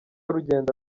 rugenda